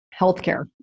healthcare